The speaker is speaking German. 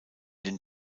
den